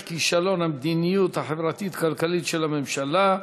כישלון המדיניות החברתית כלכלית של הממשלה.